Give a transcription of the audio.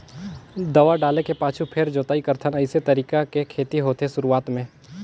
दवा डाले के पाछू फेर जोताई करथन अइसे तरीका के खेती होथे शुरूआत में